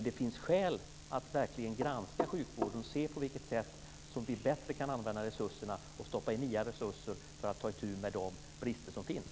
Det finns dock skäl att verkligen granska sjukvården och se på vilket sätt som vi bättre kan använda resurserna och stoppa in nya resurser för att ta itu med de brister som finns.